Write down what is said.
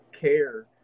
care